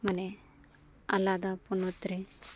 ᱢᱟᱱᱮ ᱟᱞᱟᱫᱟ ᱯᱚᱱᱚᱛ ᱨᱮ